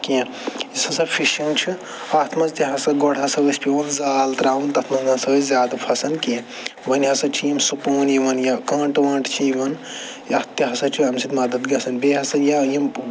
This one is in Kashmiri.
کیٚنٛہہ یُس ہَسا فِشِنٛگ چھِ اَتھ منٛز تہِ ہسا گۄڈٕ ہَسا ٲسۍ پٮ۪وان زال ترٛاوُن تتھ منٛز نَہ سا ٲسۍ زیادٕ پھَسان کیٚنٛہہ وۄنۍ ہَسا چھِ یِم سُپوٗن یِوان یہِ کانٛٹہٕ وانٛٹہٕ چھِ یِوان یَتھ تہِ ہَسا چھُ اَمہِ سۭتۍ مدتھ گَژھان بیٚیہِ ہَسا یا یِم